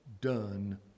done